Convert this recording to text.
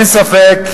אין ספק,